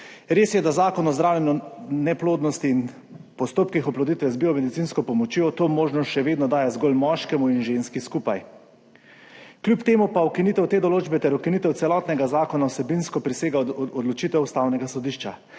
Res je, da Zakon o zdravljenju neplodnosti in postopkih oploditve z biomedicinsko pomočjo to možnost še vedno daje zgolj moškemu in ženski skupaj. Kljub temu pa ukinitev te določbe ter ukinitev celotnega zakona vsebinsko presega odločitev Ustavnega sodišča.